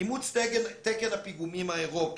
אימוץ תקן הפיגומים האירופי,